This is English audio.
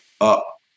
up